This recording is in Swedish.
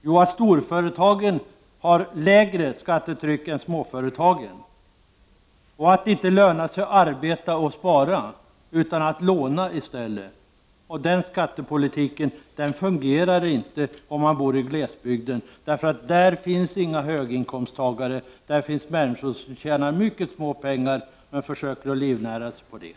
Jo, att storföretagen har lägre skattetryck än småföretagen och att det inte lönar sig att arbeta och spara utan i stället att låna. Den skattepolitiken fungerar inte om man bor i glesbygden, därför att där finns inga höginkomsttagare. Där finns människor som tjänar mycket litet, men försöker att livnära sig på det.